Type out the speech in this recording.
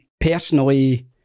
Personally